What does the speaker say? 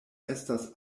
estas